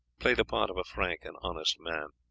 play the part of a frank and honest man.